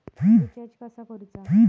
Recharge कसा करूचा?